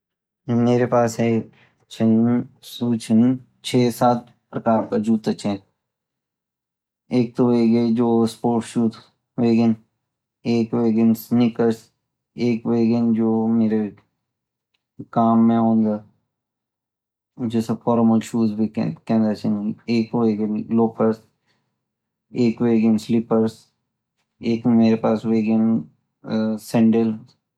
मेरे पास चीन सु चीन छ - सात प्रकार का जूता चीन एक तो हुइगी स्पोर्ट्स शूज होगीं एक होगीं स्नीकर्स ,एक होगीं जो मेरे काम मई ओन्दा जैसे फॉर्मल शूज भी खेड़ा चीन एक होगी लोफर्स एक होएगीं स्लीपर्स एक मेरे पास हुएगिन सैंडल्स